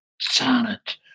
sonnet